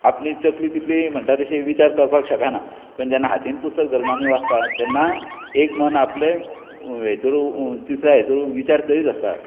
आपली तकली तितली म्हणटा तशी विचार करपाक शकना पण जेन्ना हातीन पुस्तक धरुन आमी वाचतात तेन्ना एक मन आपले हेतुन विचार करीत आसता